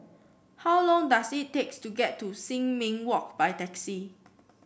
how long does it takes to get to Sin Ming Walk by taxi